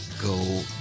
Go